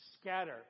scatter